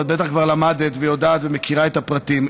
ובטח את גם למדת ויודעת ומכירה את הפרטים.